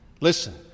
Listen